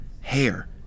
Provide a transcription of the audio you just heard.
hair